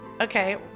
okay